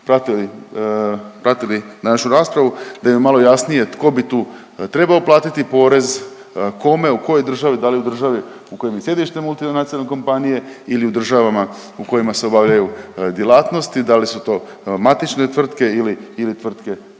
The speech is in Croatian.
pratili našu raspravu da im je malo jasnije tko bi tu trebao platiti porez, kome, u kojoj državi, da li u državi u kojem je sjedište multinacionalne kompanije ili u državama u kojima se obavljaju djelatnosti, da li su to matične tvrtke ili tvrtke